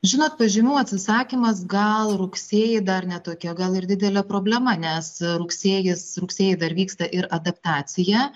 žinot pažymių atsisakymas gal rugsėjį dar ne tokie gal ir didelė problema nes rugsėjis rugsėjį dar vyksta ir adaptacija